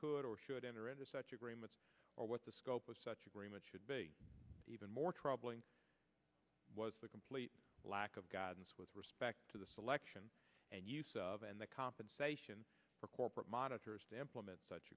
could or should enter into such agreements or what the scope of such agreement should be even more troubling was the complete lack of guidance with respect to the selection and use of and the compensation for corporate monitors to implement such